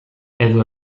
edo